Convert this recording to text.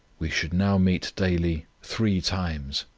we should now meet daily three times,